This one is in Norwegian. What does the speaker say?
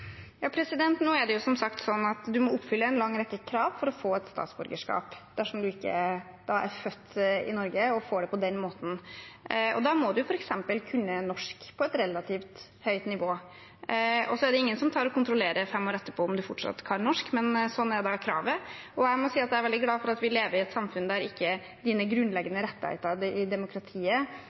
Nå er det som sagt sånn at man må oppfylle en lang rekke krav for å få et statsborgerskap dersom man ikke er født i Norge og får det på den måten. Man må f.eks. kunne norsk på et relativt høyt nivå. Så er det ingen som kontrollerer fem år etterpå om man fortsatt kan norsk, men sånn er da kravet. Jeg må si at jeg er veldig glad for at vi lever i et samfunn der dine grunnleggende rettigheter i demokratiet